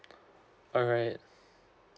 alright